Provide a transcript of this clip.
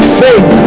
faith